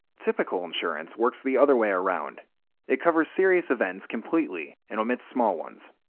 typical insurance works the other way round it covers serious events completely, and omits small ones.